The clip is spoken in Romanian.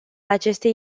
acestei